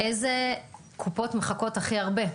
אילו קופות מחכות הכי הרבה.